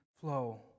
flow